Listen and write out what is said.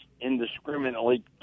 indiscriminately